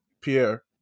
Pierre